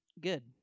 Good